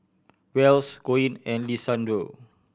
Wells Koen and Lisandro